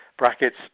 brackets